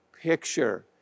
picture